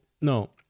no